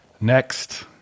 Next